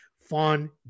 fun